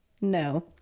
No